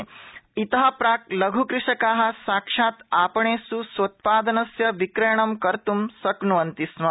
इहते इत प्राक् लघुकृषका साक्षत् आपणेषु स्वोत्पादनस्य विक्रयणं कर्तुं शक्नुवन्ति स्म